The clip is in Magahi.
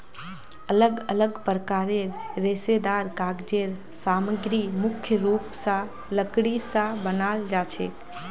अलग अलग प्रकारेर रेशेदार कागज़ेर सामग्री मुख्य रूप स लकड़ी स बनाल जाछेक